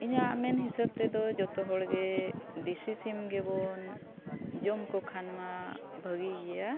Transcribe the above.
ᱤᱧᱟᱹᱜ ᱢᱮᱱ ᱦᱤᱥᱟᱹᱵ ᱛᱮᱫᱚ ᱡᱚᱛᱚ ᱦᱚᱲᱜᱮ ᱫᱮᱥᱤ ᱥᱤᱢ ᱜᱮᱵᱚᱱ ᱡᱚᱢ ᱠᱚᱠᱷᱟᱱᱼᱢᱟ ᱵᱷᱟᱹᱜᱤ ᱜᱮᱭᱟ